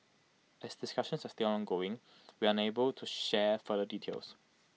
as discussions are still ongoing we are unable to share further details